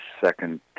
second